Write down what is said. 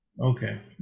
Okay